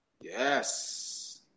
Yes